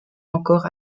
encore